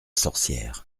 sorcière